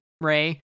ray